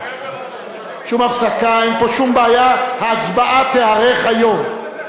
שום הפסקה, אין פה שום בעיה, ההצבעה תיערך היום.